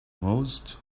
most